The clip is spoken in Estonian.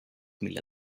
mille